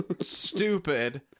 stupid